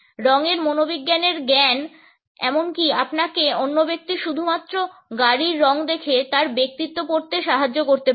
রঙের মনোবিজ্ঞানের জ্ঞান এমনকি আপনাকে অন্য ব্যক্তির শুধুমাত্র গাড়ির রঙ দেখে তার ব্যক্তিত্ব পড়তে সাহায্য করতে পারে